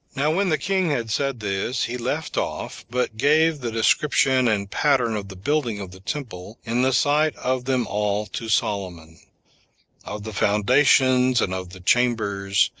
now when the king had said this, he left off but gave the description and pattern of the building of the temple in the sight of them all to solomon of the foundations and of the chambers,